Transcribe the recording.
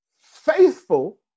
Faithful